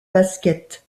basket